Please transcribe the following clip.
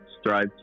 strive